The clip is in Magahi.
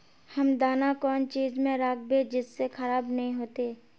हम दाना कौन चीज में राखबे जिससे खराब नय होते?